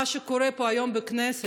מה שקורה פה היום בכנסת,